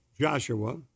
Joshua